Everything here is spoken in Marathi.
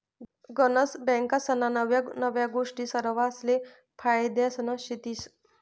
गनज बँकास्ना नव्या नव्या गोष्टी सरवासले फायद्यान्या शेतीस